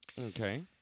Okay